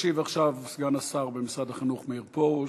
ישיב עכשיו סגן השר במשרד החינוך מאיר פרוש.